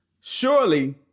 Surely